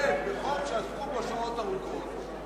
לחייב בחוק שעסקו בו שעות ארוכות,